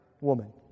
woman